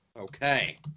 Okay